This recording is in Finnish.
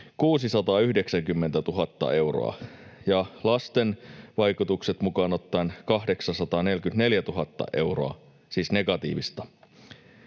690 000 euroa ja lasten vaikutukset mukaan ottaen 844 000 euroa, siis negatiivista.